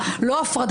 ביקורת